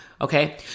Okay